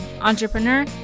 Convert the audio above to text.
entrepreneur